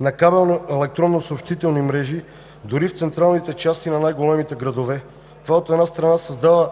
на кабелни електронни съобщителни мрежи дори в централните части на най-големите градове. От една страна, това създава